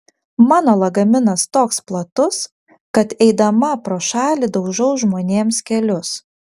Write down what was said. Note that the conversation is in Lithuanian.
mano lagaminas toks platus kad eidama pro šalį daužau žmonėms kelius